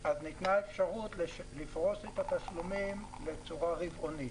ניתנה אפשרות לפרוס את התשלומים בצורה רבעונית.